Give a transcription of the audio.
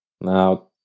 Now